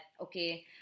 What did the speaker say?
okay